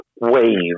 wave